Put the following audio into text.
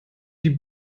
die